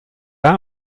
that